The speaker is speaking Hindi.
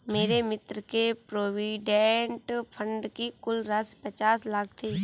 मेरे मित्र के प्रोविडेंट फण्ड की कुल राशि पचास लाख थी